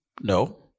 No